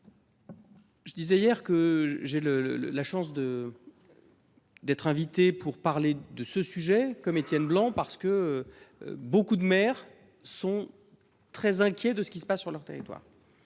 Je disais hier que j’avais la chance d’être invité partout dans le pays pour parler de ce sujet, comme Étienne Blanc, parce que beaucoup de maires sont très inquiets de ce qui se passe sur leur territoire.